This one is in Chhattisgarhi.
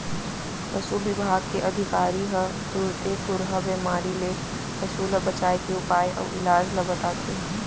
पसु बिभाग के अधिकारी ह तुरते खुरहा बेमारी ले पसु ल बचाए के उपाय अउ इलाज ल बताथें